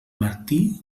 martí